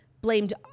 blamed